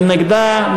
מי נגדה?